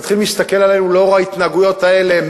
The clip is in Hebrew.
מתחילים להסתכל עלינו לאור ההתנהגויות האלה,